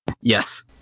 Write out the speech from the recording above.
Yes